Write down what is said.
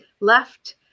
left